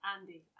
Andy